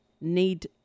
need